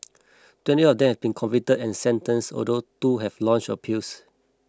twenty of them been convicted and sentenced although two have launched appeals